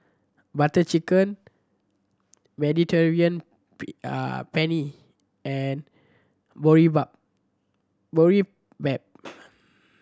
Butter Chicken Mediterranean Penne and Boribap